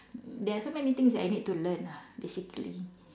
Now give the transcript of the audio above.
there are so many things that I need to learn ah basically